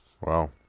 Wow